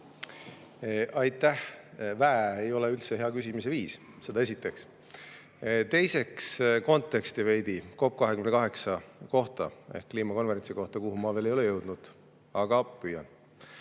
Aitäh! "Vä" ei ole üldse hea küsimise viis, seda esiteks. Teiseks, konteksti veidi COP28 ehk kliimakonverentsi kohta, kuhu ma veel ei ole jõudnud, aga püüan